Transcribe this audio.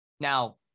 now